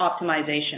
optimization